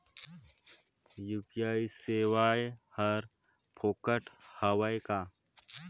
UPI सेवाएं हर फोकट हवय का?